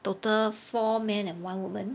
total four men and one woman